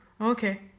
Okay